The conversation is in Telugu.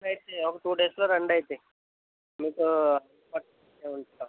సరే అయితే ఒక టూ డేస్లో రండయితే మీకు అందుబాటులో ఉంటాం